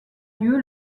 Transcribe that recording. lieu